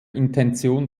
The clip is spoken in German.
intention